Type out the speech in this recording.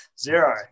zero